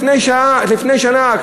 לפני שנה,